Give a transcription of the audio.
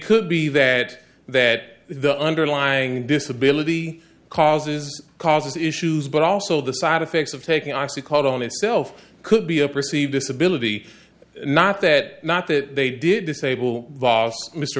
could be that that the underlying disability causes causes issues but also the side effects of taking i c called on itself could be a perceived disability not that not that they did disable mr